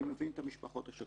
אני מבין את המשפחות השכולות.